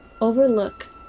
overlook